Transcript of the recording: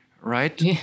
right